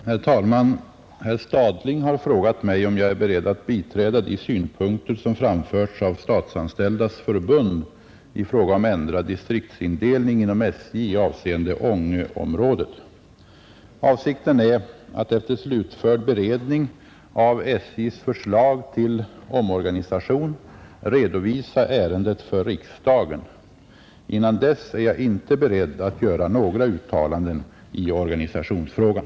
Herr talman! Herr Stadling har frågat mig om jag är beredd att biträda de synpunkter som framförts av Statsanställdas förbund i fråga om ändrad distriktsindelning inom SJ avseende Ångeområdet. Avsikten är att efter slutförd beredning av SJ:s förslag till omorganisation redovisa ärendet för riksdagen. Innan dess är jag inte beredd att göra några uttalanden i organisationsfrågan.